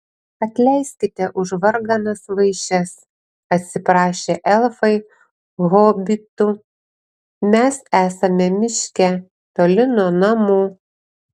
atleiskite už varganas vaišes atsiprašė elfai hobitų mes esame miške toli nuo namų